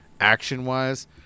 action-wise